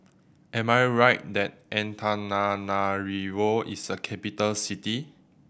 am I right that Antananarivo is a capital city